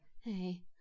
Hey